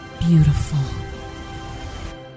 beautiful